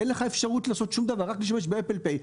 אין לך אפשרות לעשות שום דבר רק מה שיש ב"אפל פיי".